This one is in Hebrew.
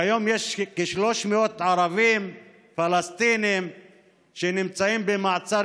כיום יש כ-300 ערבים פלסטינים שנמצאים במעצר